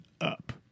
up